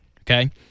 Okay